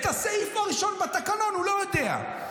את הסעיף הראשון בתקנון הוא לא יודע.